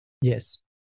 Yes